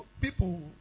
People